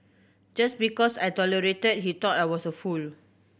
just because I tolerated he thought I was a fool